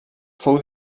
fou